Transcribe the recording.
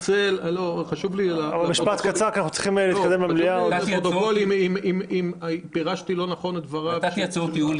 אבל חשוב לי להגיד לפרוטוקול שאני מתנצל אם פירשתי את דבריו של יואב.